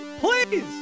please